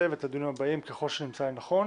ואת הדיונים הבאים ככל שנמצא לנכון.